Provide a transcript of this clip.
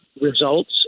results